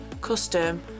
custom